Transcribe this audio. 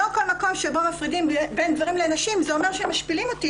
לא כל מקום שבו מפרידים בין גברים לנשים זה אומר שמשפילים אותי.